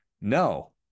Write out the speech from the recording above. no